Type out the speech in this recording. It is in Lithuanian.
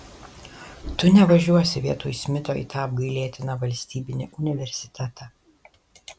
tu nevažiuosi vietoj smito į tą apgailėtiną valstybinį universitetą